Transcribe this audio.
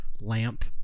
lamp